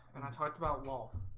and i talked about wolf,